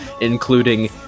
including